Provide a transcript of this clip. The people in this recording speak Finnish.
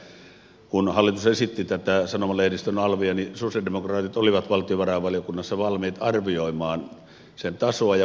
kun hallitus esitti tätä sanomalehdistön alvia niin sosialidemokraatit olivat valtiovarainvaliokunnassa valmiit arvioimaan sen tasoa ja voimaan saattamista